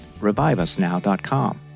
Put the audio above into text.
reviveusnow.com